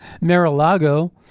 Mar-a-Lago